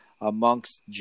amongst